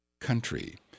country